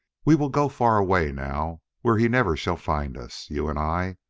we will go far away now where he never shall find us, you and i.